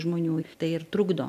žmonių tai ir trukdo